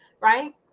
right